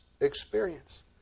experience